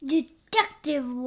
Detective